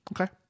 Okay